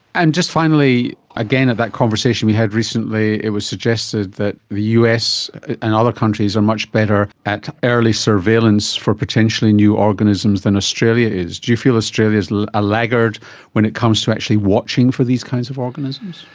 and just finally, again at that conversation we had recently it was suggested that the us and other countries are much better at early surveillance for potentially new organisms than australia is. do you feel australia is a laggard when it comes to actually watching for these kinds of organisms?